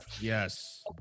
Yes